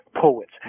poets